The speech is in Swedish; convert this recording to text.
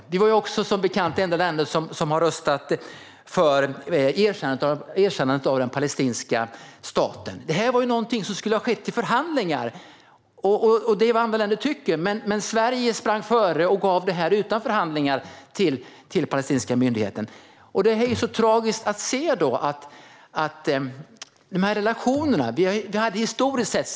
Sverige är också som bekant det enda landet som röstat för erkännandet av den palestinska staten. Det var någonting som skulle ha skett i förhandlingar. Det är vad andra länder tycker. Men Sverige sprang före och gav det utan förhandlingar till palestinska myndigheten. Det är så tragiskt att se det som skett med relationerna som vi hade historiskt sett.